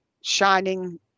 shining